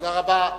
תודה רבה.